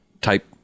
type